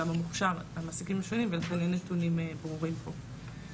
גם המוכשר מהמעסיקים שונים ולכן אין נתונים ברורים פה.